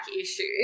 issues